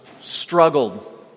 struggled